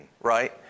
right